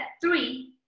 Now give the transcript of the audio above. three